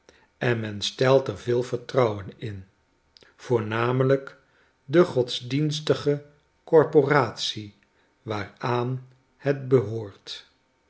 en men stelt er veel vertrouwen in voornamelijk de godsdienstige corporatie waaraan het behoort